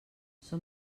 són